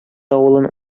авылын